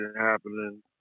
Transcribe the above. happening